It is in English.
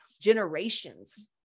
generations